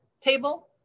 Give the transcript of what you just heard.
table